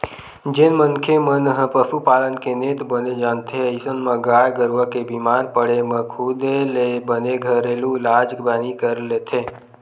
जेन मनखे मन ह पसुपालन के नेत बने जानथे अइसन म गाय गरुवा के बीमार पड़े म खुदे ले बने घरेलू इलाज पानी कर लेथे